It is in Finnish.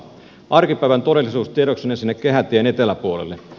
arkipäivän todellisuus tiedoksenne sinne kehätien eteläpuolelle